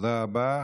תודה רבה.